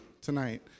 tonight